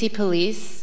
police